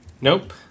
Nope